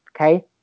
okay